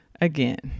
again